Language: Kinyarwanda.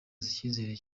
icyizere